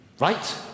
Right